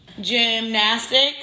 Gymnastics